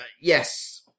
yes